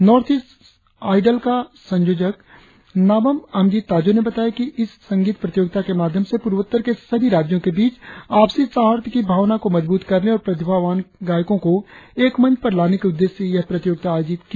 north east साईडल की संयोजक नाबाम अमजि ताजो ने बताया कि इस संगीत प्रतियोगिता के माध्यम से पूर्वोत्तर के सभी राज्यों के बीच आपसी सौहार्द की भावना को मजबुत करने और प्रतिभावान गायको को एक मंच पर लाने के उद्देश्य से यह प्रतियोगिता आयोजित की जा रही है